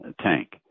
tank